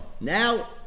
Now